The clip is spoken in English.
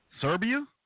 Serbia